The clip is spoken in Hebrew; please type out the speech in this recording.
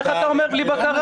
איך אתה אומר בלי בקרה?